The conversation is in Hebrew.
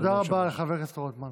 תודה רבה, חבר הכנסת רוטמן.